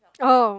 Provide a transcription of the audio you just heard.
oh